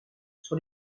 sur